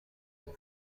آگاه